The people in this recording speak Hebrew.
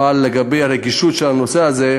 אבל לגבי הרגישות של הנושא הזה,